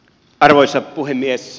arvoisa puhemies